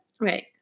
Right